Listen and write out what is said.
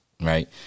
Right